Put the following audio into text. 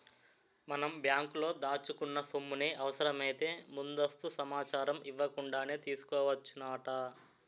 మనం బ్యాంకులో దాచుకున్న సొమ్ముని అవసరమైతే ముందస్తు సమాచారం ఇవ్వకుండానే తీసుకోవచ్చునట